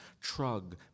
trug